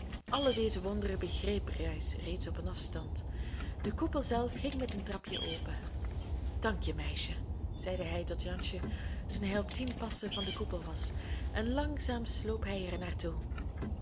alle deze wonderen begreep bruis reeds op een afstand de koepel zelf ging met een trapjen op dankje meisje zei hij tot jansje toen hij op tien passen van den koepel was en langzaam sloop hij